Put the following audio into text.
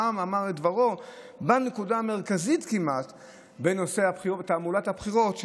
העם אמר את דברו בנקודה המרכזית כמעט בנושא תעמולת הבחירות,